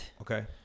Okay